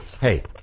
Hey